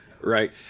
right